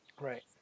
Right